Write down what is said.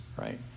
right